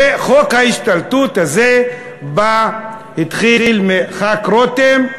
חוק ההשתלטות הזה התחיל מחבר הכנסת רותם,